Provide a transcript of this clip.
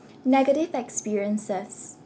negative experiences